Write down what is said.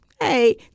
hey